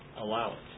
allowance